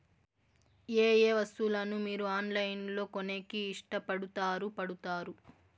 ఏయే వస్తువులను మీరు ఆన్లైన్ లో కొనేకి ఇష్టపడుతారు పడుతారు?